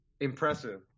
impressive